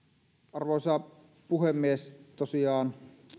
arvoisa puhemies tosiaan